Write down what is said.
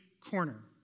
corner